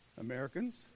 Americans